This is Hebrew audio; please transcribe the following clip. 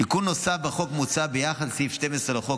תיקון נוסף בחוק מוצע ביחס לסעיף 12 לחוק,